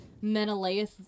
menelaus